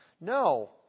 No